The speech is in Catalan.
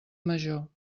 major